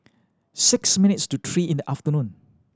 six minutes to three in the afternoon